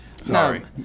Sorry